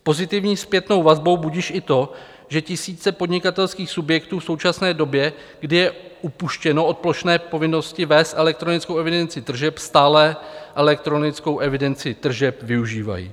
Pozitivní zpětnou vazbou budiž i to, že tisíce podnikatelských subjektů v současné době, kdy je upuštěno od plošné povinnosti vést elektronickou evidenci tržeb, stále elektronickou evidenci tržeb využívají.